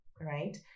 right